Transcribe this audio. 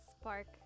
spark